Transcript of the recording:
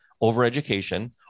over-education